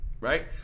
Right